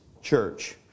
church